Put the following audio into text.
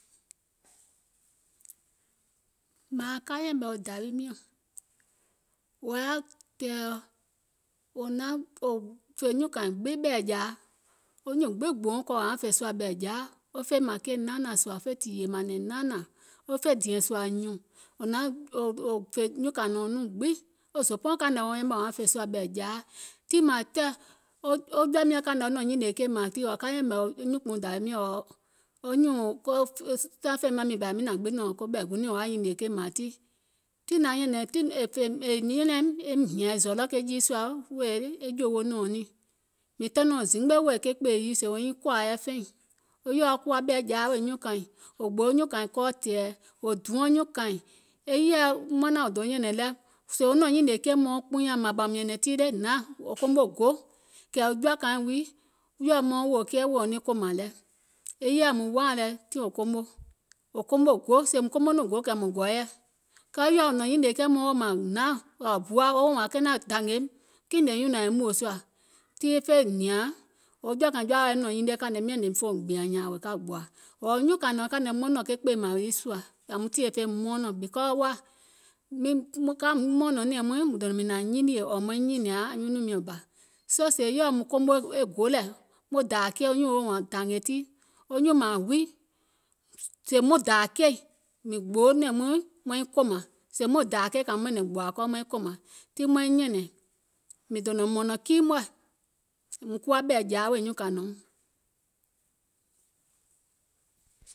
Mȧȧŋ ka yɛ̀mɛ̀ dȧwi miɔ̀ŋ wò yaȧ tɛ̀ɛ̀ wò fè nyuùŋ kàìŋ gbiŋ ɓɛ̀ɛ̀jȧa, wo nyùùŋ gbiŋ gbòuŋ kɔɔ wò yȧuŋ fè sùȧ ɓɛ̀ɛ̀jȧa, fè mȧŋ keì naanȧȧŋ sùȧ, fè tììyè mȧnɛ̀ŋ naanȧȧŋ, wo fè dìɛ̀ŋ sùȧ nyùùŋ, mìŋ tɛnɛ̀uŋ zimgbe wèè ke kpèè yii sèè wo nyiŋ kòȧ yɛi feìŋ, wo yèɔ kuwa ɓɛ̀ɛ̀jȧa wèè nyuùŋ kȧìŋ, wò gboo nyùùŋ kɔɔ tɛ̀ɛ̀, wò duɔŋ nyuùŋ kȧìŋ, yèɛ manȧŋ do nyɛ̀nɛ̀ŋ lɛ, wo nɔ̀ɔ̀ŋ nyìnìè keì mauŋ kpiinyàŋ mȧȧŋ ɓɔ̀ùm nyɛ̀nɛ̀ŋ tii le hnaȧŋ, wò komo go, kɛ̀ wo jɔ̀ȧkȧiŋ wii wò yèɔ maŋ wòò keì wèè wo niŋ kòmȧŋ lɛ, e yèɛ mùŋ woȧ lɛ tiŋ wò komo, wò komo go, mùŋ komo nɔŋ go kɛ̀ mȧŋ gɔ̀ɔ̀yɛ̀, kɛɛ yèɔ nɔ̀ŋ nyìnìè keì maŋ woò mȧȧŋ hnaȧŋ, buà wààŋ dȧngèim, kìŋ ngèè nyùnɔ̀ɔŋ yȧìm wòò sùȧ nyuùŋ kȧìŋ nɔ̀ɔŋ kȧnɔ̀ɔŋ maŋ nɔ̀ŋ ke kpèè mȧȧŋ kii sùȧ yèwium tìyèe fè mɔɔnɔ̀ŋ because ka mɔ̀ɔ̀nɔ̀ŋ nɛ̀ɛ̀ŋ muìŋ dònȧŋ miìŋ nȧŋ nyinìè ɔ̀ɔ̀ maiŋ nyìnìȧŋ nyunɔ̀ŋ miɔ̀ŋ bȧ, soo sèè yèɔ komo e go lɛ̀, wo dȧȧ keì nyùùŋ woò wȧȧŋ dȧngè tii, wo nyùùŋ mȧȧŋ wii, mìŋ dònȧŋ mɔ̀nɔ̀ŋ kii mɔ̀ɛ̀, mùŋ kuwa ɓɛ̀ɛ̀jȧa wèè nyuùŋ kȧnùm.